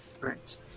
Right